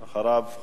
אחריו,